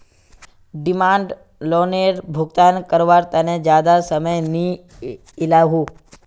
demand लोअनेर भुगतान कारवार तने ज्यादा समय नि इलोह